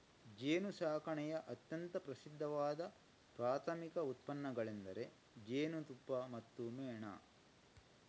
ಜೇನುಸಾಕಣೆಯ ಅತ್ಯಂತ ಪ್ರಸಿದ್ಧವಾದ ಪ್ರಾಥಮಿಕ ಉತ್ಪನ್ನಗಳೆಂದರೆ ಜೇನುತುಪ್ಪ ಮತ್ತು ಮೇಣ